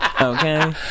Okay